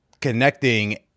connecting